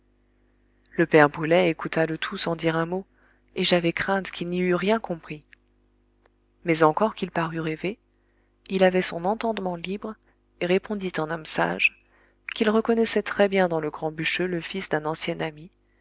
le père brulet écouta le tout sans dire un mot et j'avais crainte qu'il n'y eût rien compris mais encore qu'il parût rêver il avait son entendement libre et répondit en homme sage qu'il reconnaissait très-bien dans le grand bûcheux le fils d'un ancien ami